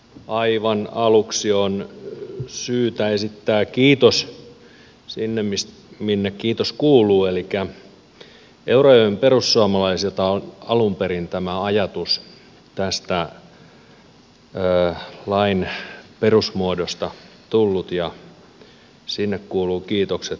aivan aluksi on syytä esittää kiitos sinne minne kiitos kuuluu elikkä eurajoen perussuomalaisilta on alun perin tämä ajatus tästä lain perusmuodosta tullut ja sinne kuuluvat kiitokset